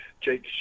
Jake